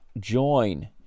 join